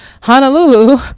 Honolulu